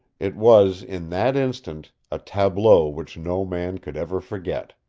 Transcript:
it was, in that instant, a tableau which no man could ever forget.